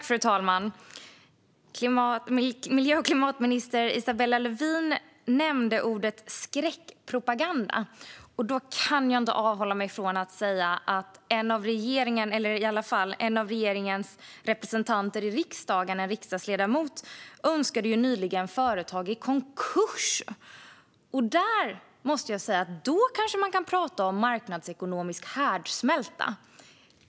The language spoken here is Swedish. Fru talman! Miljö och klimatminister Isabella Lövin använde ordet skräckpropaganda. Då kan jag inte avhålla mig från att nämna att en av regeringens representanter i riksdagen, en riksdagsledamot, nyligen önskade företag i konkurs. Där kanske man kan tala om marknadsekonomisk härdsmälta.